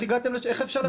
איך הגעתם לשלוש שנים?